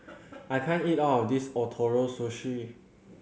I can't eat all of this Ootoro Sushi